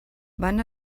van